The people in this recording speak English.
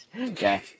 Okay